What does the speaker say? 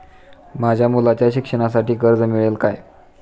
माझ्या मुलाच्या शिक्षणासाठी कर्ज मिळेल काय?